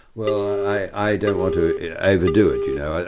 well i don't want to overdo it, you know,